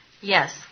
Yes